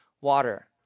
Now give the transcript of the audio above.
water